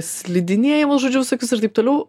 slidinėjimus žodžiu visokius ir taip toliau